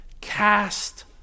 Cast